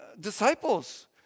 disciples